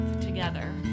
together